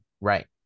Right